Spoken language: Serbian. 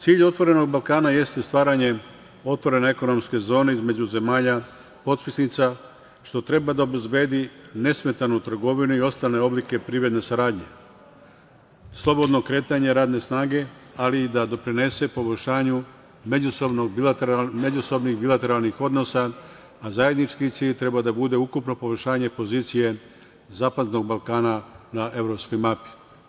Cilj „Otvorenog Balkana“ jeste stvaranje otvorene ekonomske zone između zemalja potpisnica, što treba da obezbedi nesmetanu trgovinu i ostale oblike privredne saradnje, slobodno kretanje radne snage, ali i da prenese poboljšanju međusobnih bilateralnih odnosa, a zajednički cilj treba da bude ukupno poboljšanje pozicije zapadnog Balkana na evropskoj mapi.